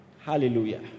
Hallelujah